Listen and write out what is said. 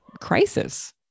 crisis